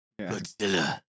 Godzilla